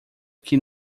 que